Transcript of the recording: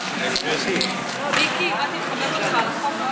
הרווחה והבריאות נתקבלה.